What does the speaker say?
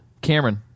Cameron